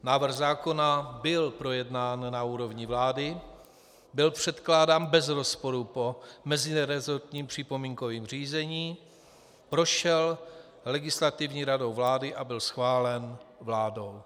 Návrh zákona byl projednán na úrovni vlády, byl předkládán bez rozporu po meziresortním připomínkovém řízení, prošel Legislativní radou vlády a byl schválen vládou.